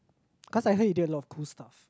cause I heard he did a lot of cool stuff